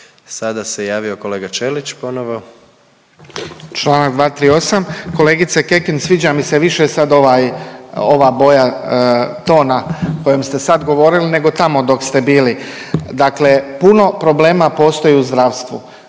Sada se javio kolega Ćelić ponovno. **Ćelić, Ivan (HDZ)** Čl. 238. Kolegice Kekin, sviđa mi se više sad ovaj, ova boja tona kojom ste sad govorili nego tamo dok ste bili. Dakle puno problema postoji u zdravstvu,